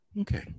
Okay